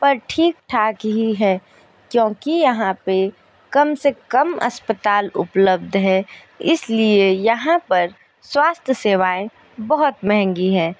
पर ठीक ठाक ही है क्योंकि यहाँ पे काम से कम अस्पताल उपलब्ध है इसलिए यहाँ पर स्वास्थ्य सेवाएँ बहुत महंगी हैं